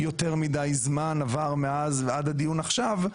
יותר מידי זמן עבר מאז ועד הדיון עכשיו,